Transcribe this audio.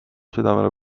südamele